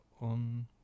on